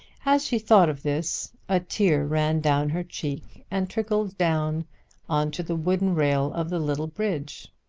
as she thought of this a tear ran down her cheek and trickled down on to the wooden rail of the little bridge.